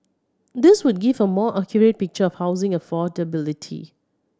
these would give a more accurate picture of housing affordability